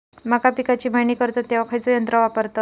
मका पिकाची मळणी करतत तेव्हा खैयचो यंत्र वापरतत?